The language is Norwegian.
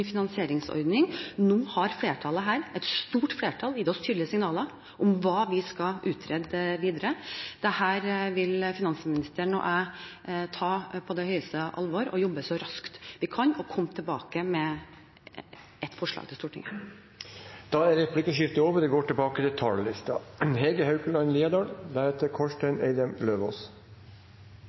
finansieringsordning. Nå har flertallet her – et stort flertall – gitt oss tydelige signaler på hva vi skal utrede videre. Dette vil finansministeren og jeg ta på det største alvor og jobbe så raskt vi kan og komme tilbake med et forslag til Stortinget. Replikkordskiftet er over.